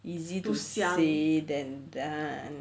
easy to say than than ah